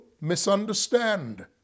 misunderstand